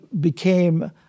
became-